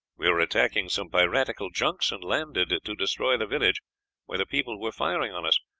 we were attacking some piratical junks, and landed to destroy the village where the people were firing on us.